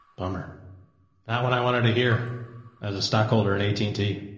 bummer. not when i wanted to hear as a stockholder in eighteen t